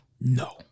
No